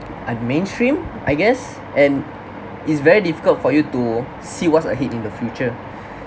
ah mainstream I guess and it's very difficult for you to see what's ahead in the future